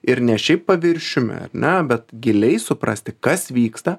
ir ne šiaip paviršiumi ar ne bet giliai suprasti kas vyksta